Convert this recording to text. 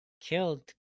killed